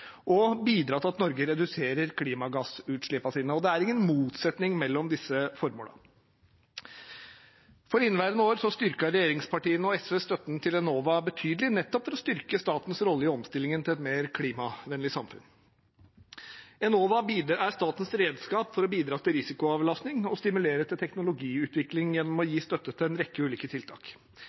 og bidra til at Norge reduserer klimagassutslippene – og det er ingen motsetning mellom disse formålene. For inneværende år styrket regjeringspartiene og SV støtten til Enova betydelig, nettopp for å styrke statens rolle i omstillingen til et mer klimavennlig samfunn. Enova er statens redskap for å bidra til risikoavlastning og stimulere til teknologiutvikling gjennom å gi støtte til en rekke ulike tiltak